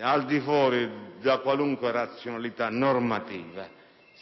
al di fuori di ogni razionalità normativa,